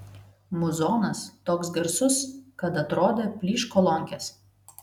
muzonas toks garsus kad atrodė plyš kolonkės